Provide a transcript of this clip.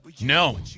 No